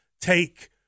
take